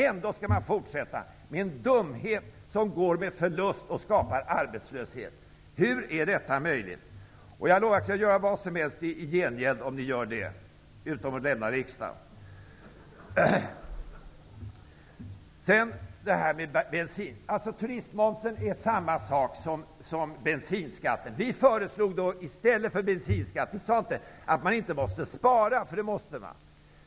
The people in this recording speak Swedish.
Ändå skall man fortsätta med en dumhet som går med förlust och skapar arbetslöshet! Hur är detta möjligt? Jag lovar att göra vad som helst i gengäld, om ni bara avskaffar turistmomsen -- utom mot denna riksdag! Vidare har vi frågan om bensinskatten. Turistmomsen är samma sak som bensinskatten. Vi har föreslagit något annat i stället för bensinskatt. Vi har inte sagt att man inte måste spara. Det måste man.